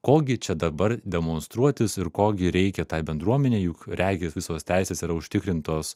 ko gi čia dabar demonstruotis ir ko gi reikia tai bendruomenei juk regis visos teisės yra užtikrintos